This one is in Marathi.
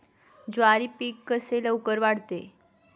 ज्वारी पीक कसे लवकर वाढते?